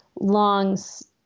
longs